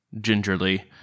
gingerly